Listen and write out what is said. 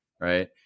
right